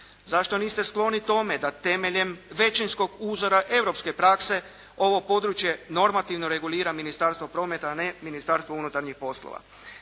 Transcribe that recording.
Zašto niste skloni tome da temeljem većinskog uzora europske prakse ovo područje normativno regulira Ministarstvo prometa, a ne Ministarstvo unutarnjih poslova.